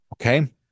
Okay